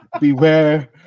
beware